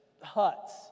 huts